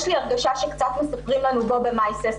יש לי הרגשה שקצת מספרים לנו "בובה-מייסס",